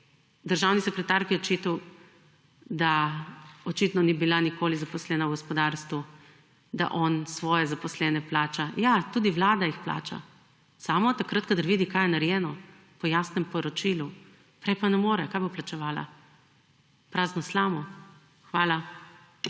državni sekretarki očital, da očitno ni bila nikoli zaposlena v gospodarstvu, da on svoje zaposlene plača. Ja, tudi vlada jih plača, samo takrat, kadar vidi, kaj je narejeno po jasnem poročilu. Prej pa ne more. Kaj bo plačevala? Prazno slamo? Hvala.